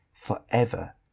forever